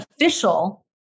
official